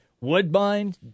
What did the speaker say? Woodbine